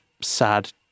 sad